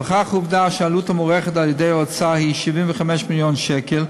נוכח העובדה כי העלות המוערכת על-ידי האוצר היא 75 מיליון שקל,